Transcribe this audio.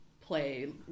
play